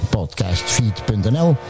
Podcastfeed.nl